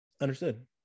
understood